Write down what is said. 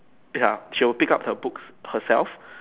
ya she will pick up her books herself